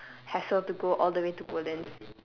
hassle to go all the way to woodlands